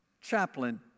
chaplain